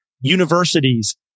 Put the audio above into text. universities